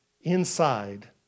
inside